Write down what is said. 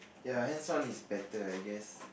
ya hands on is better I guess